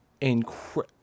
incredible